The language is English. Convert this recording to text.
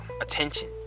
Attention